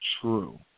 true